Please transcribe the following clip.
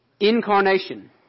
Incarnation